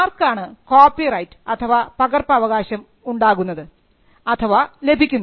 ആർക്കാണ് കോപ്പിറൈറ്റ് അഥവാ പകർപ്പവകാശം ഉണ്ടാകുന്നത് അഥവാ ലഭിക്കുന്നത്